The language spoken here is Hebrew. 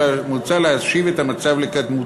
ומוצע להשיב את המצב לקדמותו.